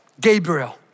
Gabriel